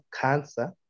cancer